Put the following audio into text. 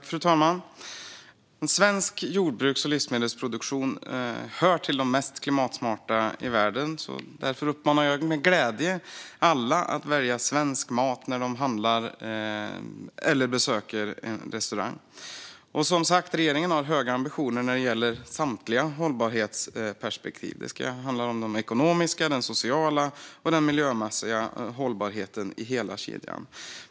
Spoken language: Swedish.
Fru talman! Svensk jordbruks och livsmedelsproduktion hör till de mest klimatsmarta i världen, så jag uppmanar med glädje alla att välja svensk mat när de handlar eller besöker en restaurang. Regeringen har som sagt höga ambitioner när det gäller samtliga hållbarhetsperspektiv. Det ska handla om den ekonomiska, den sociala och den miljömässiga hållbarheten i hela kedjan.